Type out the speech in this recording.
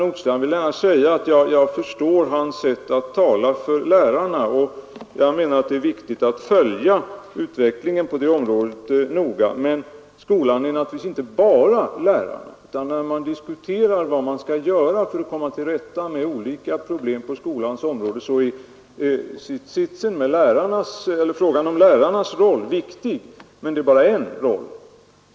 Jag förstår herr Nordstrandhs sätt att tala för lärarna, och jag anser att det är viktigt att följa utvecklingen på det området noga, men skolan är naturligtvis inte bara lärare. När man diskuterar vad man skall göra för att komma till rätta med olika problem på skolans område är frågan om lärarnas roll viktig, men det är bara en roll.